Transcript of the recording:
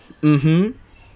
mmhmm